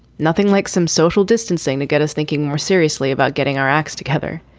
nothing like some social distancing that got us thinking more seriously about getting our acts together.